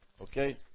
okay